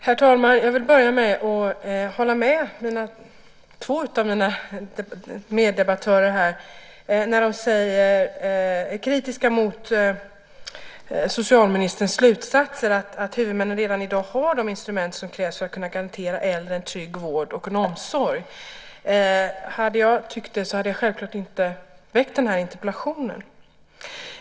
Herr talman! Jag vill börja med att hålla med två av mina meddebattörer, de som är kritiska mot socialministerns slutsats att huvudmännen redan i dag har de instrument som krävs för att kunna garantera äldre en trygg vård och omsorg. Hade jag tyckt det hade jag självklart inte väckt min interpellation.